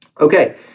Okay